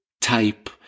type